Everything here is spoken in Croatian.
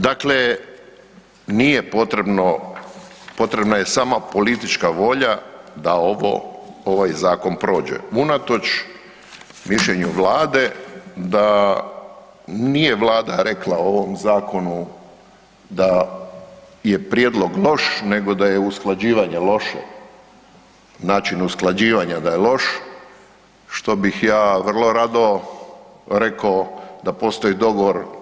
Dakle, nije potrebno, potrebna je sama politička volja da ovaj zakon prođe unatoč mišljenju Vlade da nije Vlada rekla o ovom Zakonu da je prijedlog loš, nego da je usklađivanje loše, način usklađivanja da je loš što bih ja vrlo rado rekao da postoji dogovor.